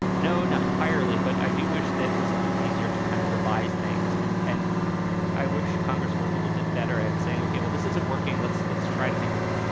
no, not entirely. but i do wish that was a little easier to kind of revise things. and and i wish congress were a little bit better at saying, okay, well, this isn't working. let's let's try to think of,